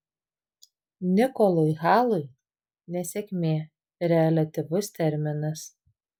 nikolui halui nesėkmė reliatyvus terminas